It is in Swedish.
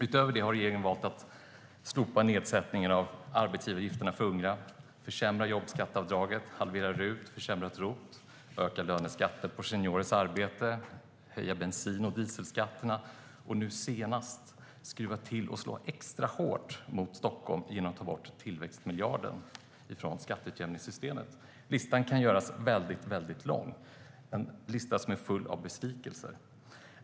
Utöver det har regeringen valt att slopa nedsättningen av arbetsgivaravgifterna för unga, att försämra jobbskatteavdraget, att halvera RUT, att försämra ROT, att öka löneskatten på seniorers arbete och att höja bensin och dieselskatterna. Nu senast har regeringen riktigt skruvat åt det, vilket slår extra hårt mot Stockholm, genom att ta bort tillväxtmiljarden från skatteutjämningssystemet. Listan kan göras väldigt, väldigt lång. Det är en lista full av besvikelser.